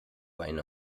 eine